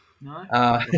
No